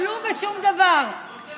הכריזמה נשפכה על הרצפה.